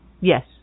yes